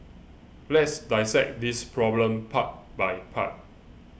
let's dissect this problem part by part